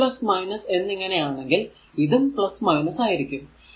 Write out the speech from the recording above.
ഇത് എന്നിങ്ങനെ ആണെങ്കിൽ ഇതും ആയിരിക്കും